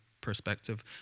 perspective